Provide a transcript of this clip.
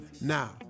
Now